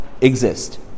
exist